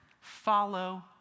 follow